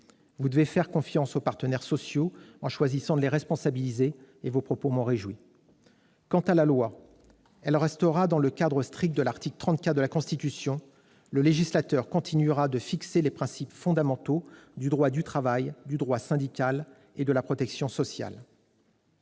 Vous devez faire confiance aux partenaires sociaux en choisissant de les responsabiliser. De ce point de vue, vos propos m'ont réjoui. Quant à la loi, son rôle s'inscrira dans le cadre strict de l'article 34 de la Constitution : le législateur continuera de fixer les principes fondamentaux du droit du travail, du droit syndical et de la protection sociale.